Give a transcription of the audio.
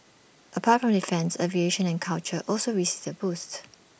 apart from defence aviation and culture also received the boost